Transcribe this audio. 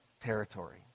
territory